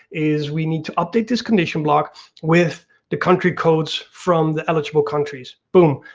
is we need to update this condition block with the country codes from the eligible countries. boom,